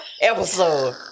episode